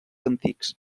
antics